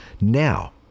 Now